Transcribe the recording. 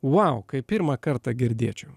wow kaip pirmą kartą girdėčiau